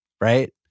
Right